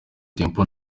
temple